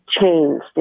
changed